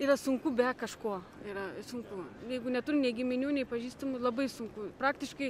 yra sunku be kažko yra sunku jeigu neturim nei giminių nei pažįstamų labai sunku praktiškai